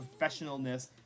professionalness